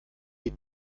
die